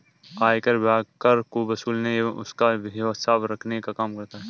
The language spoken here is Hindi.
आयकर विभाग कर को वसूलने एवं उसका हिसाब रखने का काम करता है